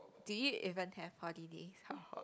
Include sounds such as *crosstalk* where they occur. do you even have holidays *noise*